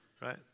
right